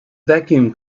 vacuum